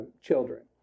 children